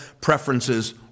preferences